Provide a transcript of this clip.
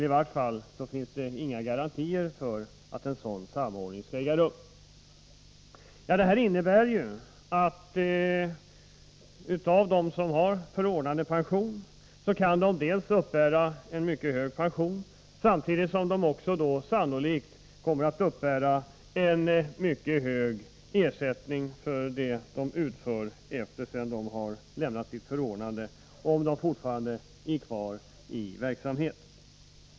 I vart fall finns det inga garantier för att en sådan samordning skall äga rum. Detta innebär ju att de som har förordnandepension kan uppbära en mycket hög pension samtidigt som de sannolikt kommer att uppbära en mycket hög ersättning för det de utför sedan de lämnat sitt förordnande om de fortfarande är kvar i verksamhet.